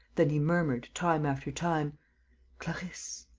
then he murmured, time after time clarisse.